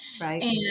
Right